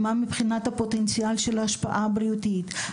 מה מבחינת הפוטנציאל של ההשפעה הבריאותית,